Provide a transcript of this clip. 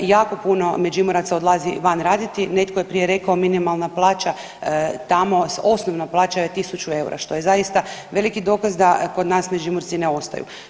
Jako puno Međimuraca odlazi van raditi, netko je prije rekao minimalna plaća tamo, osnovna plaća je 1000 EUR-a što je zaista veliki dokaz da kod nas Međimurci ne ostaju.